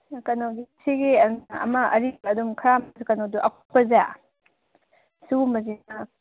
ꯎꯝ ꯀꯩꯅꯣꯒꯤ ꯁꯤꯒꯤ ꯑꯃ ꯑꯔꯤꯕ ꯑꯗꯨꯝ ꯈꯔ ꯀꯩꯅꯣꯗꯣ ꯑꯀꯨꯞꯄꯁꯦ ꯁꯤꯒꯨꯝꯕꯁꯤꯅ